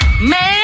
man